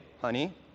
honey